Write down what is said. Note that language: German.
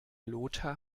lothar